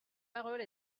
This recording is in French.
parole